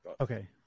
Okay